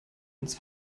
uns